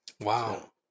Wow